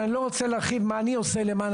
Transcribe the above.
אני לא רוצה להרחיב מה אני עושה למען